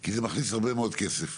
כי זה מכניס הרבה מאוד כסף.